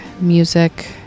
music